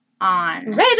on